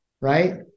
right